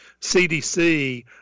CDC